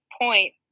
point